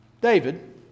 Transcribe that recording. David